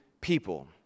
people